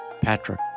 Patrick